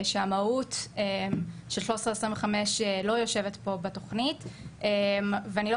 שהמהות של 1325 לא יושבת פה בתוכנית ואני לא